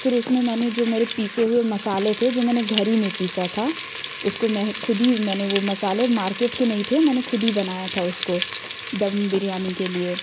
फिर उसमें मैंने जो मेरे पीसे हुए मसाले थे जो मैंने घर ही में पीसा था उसको मैं खुद ही मैंने वो मसाले मार्केट के नहीं थे मैंने खुद ही बनाया था उसको दम बिरयानी के लिए